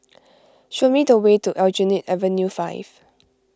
show me the way to Aljunied Avenue five